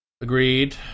Agreed